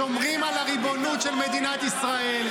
שומרים על הריבונות של מדינת ישראל.